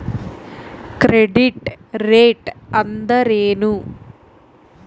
Credit rate ಅಂದರೆ ಏನು?